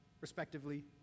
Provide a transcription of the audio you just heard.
respectively